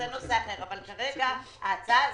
אבל כרגע לגבי ההצעה הזאת,